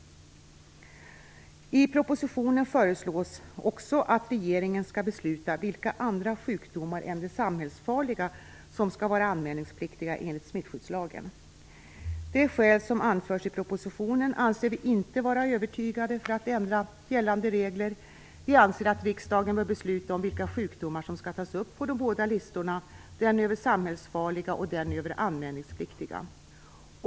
I propositionen föreslås också att regeringen skall besluta vilka andra sjukdomar än de samhällsfarliga som skall vara anmälningspliktiga enligt smittskyddslagen. De skäl som anförs i propositionen anser vi inte övertygande för att ändra gällande regler. Vi anser att riksdagen bör besluta om vilka sjukdomar som skall tas upp på de båda listorna: den över samhällsfarliga, och den över anmälningspliktiga.